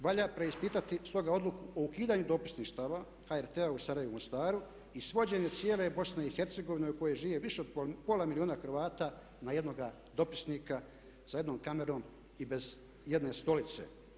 Valja preispitati stoga odluku o ukidanju dopisništava HRT-a u Sarajevu i Mostaru i svođenje cijele BiH-a u kojoj živi više od pola milijuna Hrvata na jednoga dopisnika sa jednom kamerom i bez ijedne stolice.